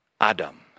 Adam